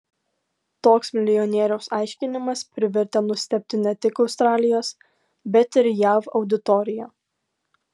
toks milijonieriaus aiškinimas privertė nustebti ne tik australijos bet ir jav auditoriją